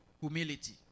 humility